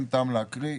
אין טעם להקריא.